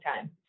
time